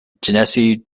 genesee